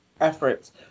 efforts